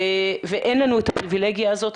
ואין לנו את הפריבילגיה הזאת,